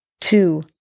two